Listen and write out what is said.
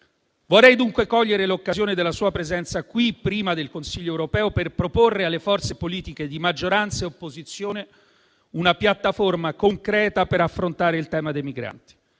Vorrei dunque cogliere l'occasione della sua presenza qui prima del Consiglio europeo per proporre alle forze politiche di maggioranza e opposizione una piattaforma concreta per affrontare il tema dei migranti.